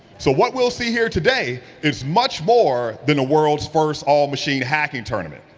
so what will see here today is much more than a world's first all machine hacking tournament.